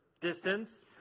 distance